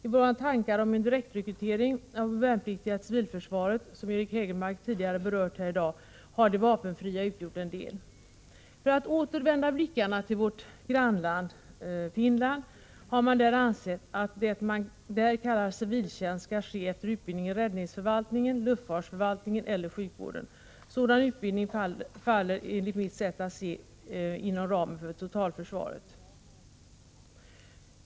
I våra tankar om en direktrekrytering av värnpliktiga till civilförsvaret, som Eric Hägelmark tidigare berört här i dag, har de vapenfria utgjort en del. För att åter vända blickarna till vårt grannland Finland, så har man där ansett att det man där kallar civiltjänst skall ske efter utbildning i räddningsförvaltningen, luftfartsförvaltningen eller sjukvården. Sådan utbildning faller enligt mitt sätt att se inom ramen för totalförsvaret.